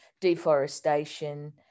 deforestation